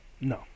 No